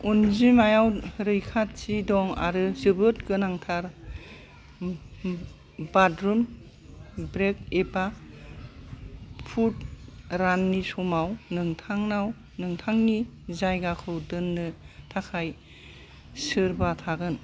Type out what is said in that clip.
अनजिमायाव रैखाथि दं आरो जोबोद गोनांथार बाथरुम ब्रेक एबा फुड राननि समाव नोंथांनाव नोंथांनि जायगाखौ दोन्नो थाखाय सोरबा थागोन